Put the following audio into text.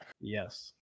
Yes